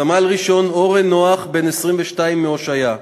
סמל-ראשון אורן נח, בן 22, מהושעיה,